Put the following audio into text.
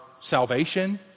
salvation